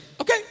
Okay